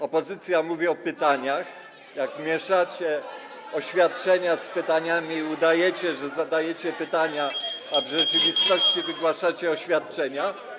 Opozycja mówi o pytaniach, jak mieszacie oświadczenia z pytaniami i udajecie, [[Gwar na sali, dzwonek]] że zadajecie pytania, a w rzeczywistości wygłaszacie oświadczenia?